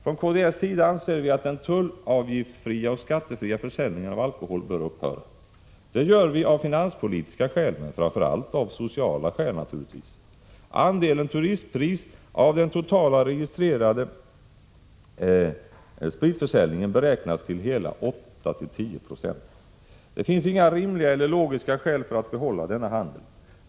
Från kds sida anser vi att den tullavgiftsfria och skattefria försäljningen av alkohol bör upphöra. Det gör vi av finanspolitiska skäl — men framför allt naturligtvis av sociala skäl. Andelen turistsprit av den totala registrerade spritförsäljningen beräknas till hela 8-10 96. Det finns inga rimliga eller logiska skäl för att behålla denna handel.